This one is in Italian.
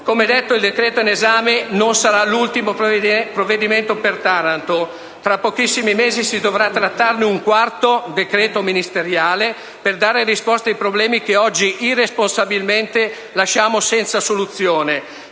Come detto, quello in votazione non sarà l'ultimo provvedimento per Taranto. Tra pochissimi mesi si dovrà trattarne un quarto, un decreto ministeriale, per dare risposta ai problemi che oggi irresponsabilmente lasciamo senza soluzione.